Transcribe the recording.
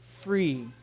free